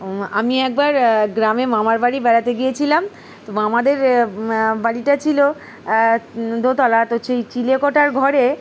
আমি একবার গ্রামে মামার বাড়ি বেড়াতে গিয়েছিলাম তো মামাদের বাড়িটা ছিল দোতলা তো সেই চিলেকোঠা ঘরে